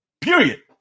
Period